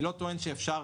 אני לא טוען שאפשר